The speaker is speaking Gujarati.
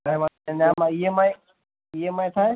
અને એમાં E M I E M I થાય